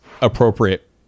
appropriate